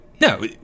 No